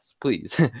please